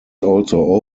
also